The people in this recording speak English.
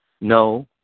No